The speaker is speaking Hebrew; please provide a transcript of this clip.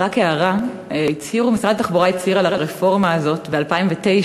רק הערה: משרד התחבורה הצהיר על הרפורמה הזאת ב-2009.